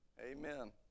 Amen